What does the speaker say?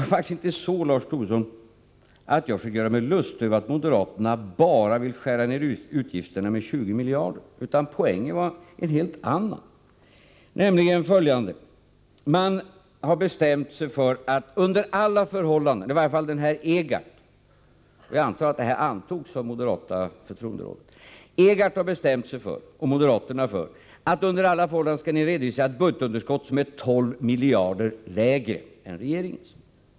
Jag försökte inte, Lars Tobisson, göra mig lustig över att moderaterna bara vill skära ner utgifterna med 20 miljarder, utan poängen var en helt annan, nämligen följande. Man har bestämt sig för att under alla förhållanden — det gäller i varje fall den här Egardt, och jag förmodar att förslaget antogs av moderaternas förtroenderåd — skall man redovisa ett budgetunderskott som är 12 miljarder lägre än regeringens.